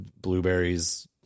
blueberries